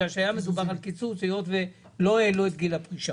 היה מדובר על קיצוץ היות ולא העלו את גיל הפרישה.